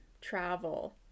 travel